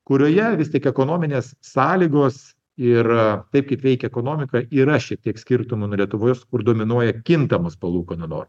kurioje vis tik ekonominės sąlygos ir taip kaip veikia ekonomika yra šiek tiek skirtumų nuo lietuvos kur dominuoja kintamos palūkanų nor